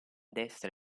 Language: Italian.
destra